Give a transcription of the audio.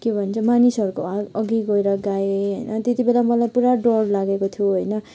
के भन्छ मानिसहरूको अघि गएर गाएँ होइन त्यति बेला मलाई पूरा डर लागेको थियो होइन